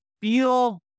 feel